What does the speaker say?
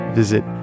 visit